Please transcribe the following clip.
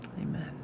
Amen